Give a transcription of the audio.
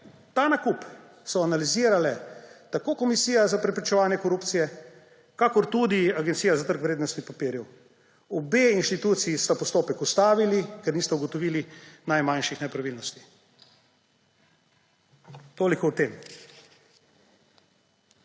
ta nakup sta analizirali tako Komisija za preprečevanje korupcije kot tudi Agencija za trg vrednostnih papirjev. Obe instituciji sta postopek ustavili, ker nista ugotovili najmanjših nepravilnosti. Toliko o tem.